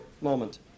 moment